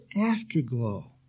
afterglow